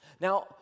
Now